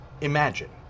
Imagine